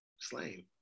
slain